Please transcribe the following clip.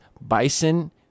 Bison